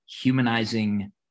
humanizing